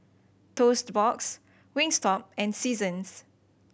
Toast Box Wingstop and Seasons